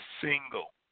single